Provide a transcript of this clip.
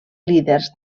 líders